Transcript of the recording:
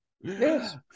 Yes